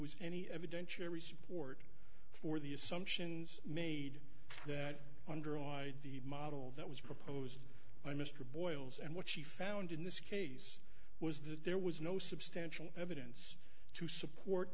was any evidentiary support for the assumptions made that underlie the model that was proposed by mr boyles and what she found in this case was that there was no substantial evidence to support